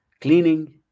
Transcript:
cleaning